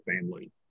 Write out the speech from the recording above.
family